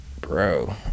Bro